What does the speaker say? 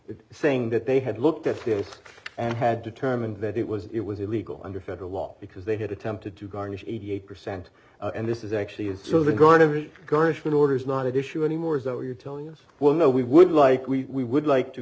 judge saying that they had looked at this and had determined that it was it was illegal under federal law because they had attempted to garnish eighty eight percent and this is actually is children going to garnishment order is not at issue anymore is that what you're telling us well no we would like we would like to